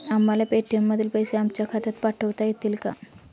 आम्हाला पेटीएम मधील पैसे आमच्या खात्यात पाठवता येतील का?